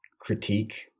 critique